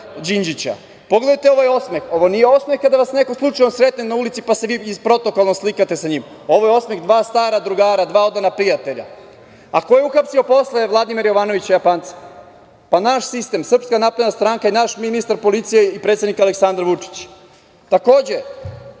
Đinđića. Pogledajte ovaj osmeh. Ovo nije osmeh kada vas neko slučajno sretne na ulici, pa se vi iz protokola slikate sa njim. Ovo je osmeh dva stara drugara, dva odana prijatelja. Ko je uhapsio posle Vladimira Jovanovića Japanca? Pa, naš sistem, Srpska napredna stranka i naš ministar policije i predsednik Aleksandar Vučić. Takođe,